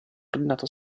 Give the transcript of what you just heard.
ordinato